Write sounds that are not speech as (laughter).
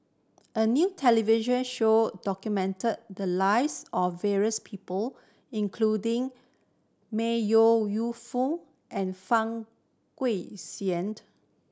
a new television show documented the lives of various people including May Ooi Yu Fen and Fang (unintelligible)